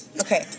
Okay